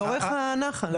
לאורך הנחל.